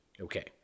okay